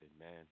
Amen